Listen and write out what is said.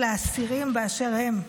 לאסירים באשר הם,